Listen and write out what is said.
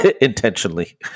intentionally